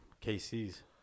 KC's